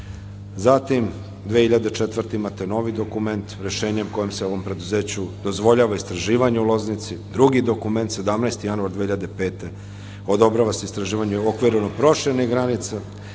zatim 2004. godine imate novi dokument, rešenje kojim se ovom preduzeću dozvoljava istraživanje u Loznici. Drugi dokument 17. januar 2005. godine, odobrava se istraživanje u okviru proširenih granica.